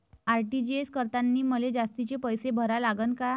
RTGS करतांनी मले जास्तीचे पैसे भरा लागन का?